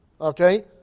Okay